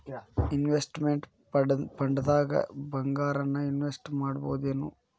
Investment ಫಂಡ್ದಾಗ್ ಭಂಗಾರಾನ invest ಮಾಡ್ಬೊದೇನು?